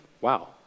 wow